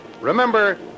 Remember